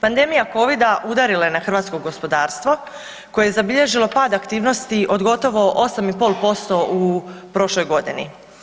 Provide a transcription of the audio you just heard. Pandemija covida udarila je na hrvatsko gospodarstvo koje je zabilježilo pad aktivnosti od gotovo 8,5% u prošloj godini.